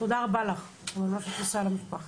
תודה רבה לך ומה שאת עושה למשפחה,